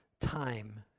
time